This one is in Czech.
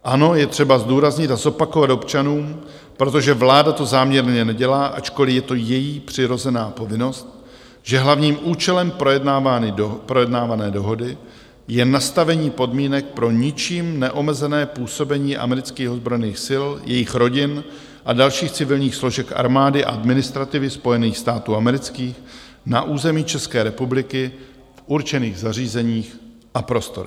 Ano, je třeba zdůraznit a zopakovat občanům, protože vláda to záměrně nedělá, ačkoliv je to její přirozená povinnost, že hlavním účelem projednávané dohody je nastavení podmínek pro ničím neomezené působení amerických ozbrojených sil, jejich rodin a dalších civilních složek armády a administrativy Spojených států amerických na území České republiky v určených zařízeních a prostorách.